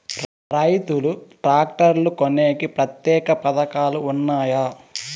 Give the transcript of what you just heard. రైతులు ట్రాక్టర్లు కొనేకి ప్రత్యేక పథకాలు ఉన్నాయా?